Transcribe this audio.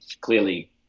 clearly